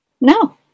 No